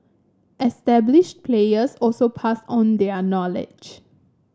established players also pass on their knowledge